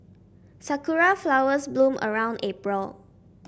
sakura flowers bloom around April